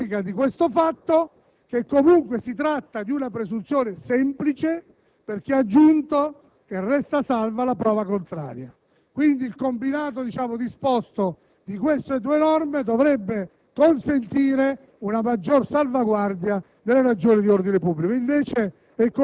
all'osservazione del Ministro, che faceva riferimento alla presunzione prevista nel comma 3 dell'emendamento 1.27, in cui si presume che il cittadino dell'Unione che non abbia fatto questa dichiarazione